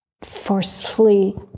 forcefully